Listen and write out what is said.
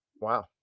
wow